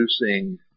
producing